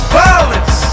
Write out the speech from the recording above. violence